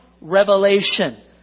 revelation